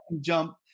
jump